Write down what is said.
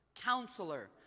Counselor